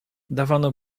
dawano